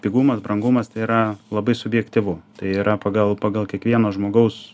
pigumas brangumas tai yra labai subjektyvu tai yra pagal pagal kiekvieno žmogaus